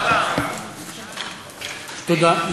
תודה.